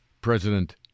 President